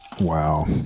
Wow